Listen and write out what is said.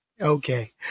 Okay